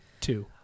Two